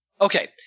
Okay